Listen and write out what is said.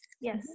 Yes